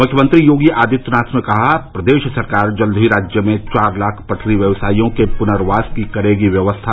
मुख्यमंत्री योगी आदित्यनाथ ने कहा प्रदेश सरकार जल्द ही राज्य में चार लाख पटरी व्यवसायियों के पुनर्वास की करेगी व्यवस्था